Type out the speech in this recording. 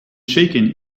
shaken